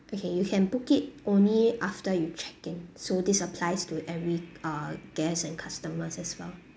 okay you can book it only after you check in so this applies to every uh guest and customers as well